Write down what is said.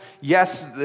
yes